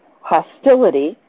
hostility